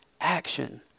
action